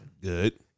Good